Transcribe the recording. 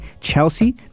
Chelsea